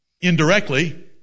indirectly